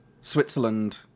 Switzerland